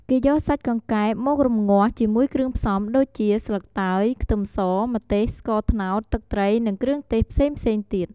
គេយកសាច់កង្កែបមក រំងាស់ ជាមួយគ្រឿងផ្សំដូចជា ស្លឹកតើយ ខ្ទឹមស ម្ទេស ស្ករត្នោត ទឹកត្រី និងគ្រឿងទេសផ្សេងៗទៀត។